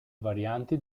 varianti